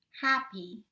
happy